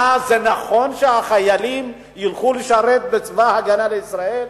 מה, זה נכון שהחיילים ילכו לשרת בצבא-הגנה לישראל,